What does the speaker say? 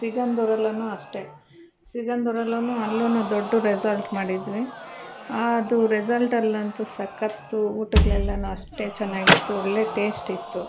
ಸಿಗಂದೂರಲ್ಲು ಅಷ್ಟೇ ಸಿಗಂದೂರಲ್ಲು ಅಲ್ಲು ದೊಡ್ಡ ರೆಸಾಲ್ಟ್ ಮಾಡಿದ್ವಿ ಅದು ರೆಸಾಲ್ಟಲ್ಲಂತೂ ಸಕ್ಕತ್ತು ಊಟಗಳೆಲ್ಲ ಅಷ್ಟೇ ಚೆನ್ನಾಗಿತ್ತು ಒಳ್ಳೆ ಟೇಶ್ಟ್ ಇತ್ತು